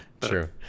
true